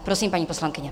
Prosím, paní poslankyně.